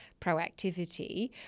proactivity